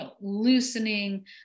loosening